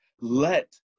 let